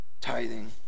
tithing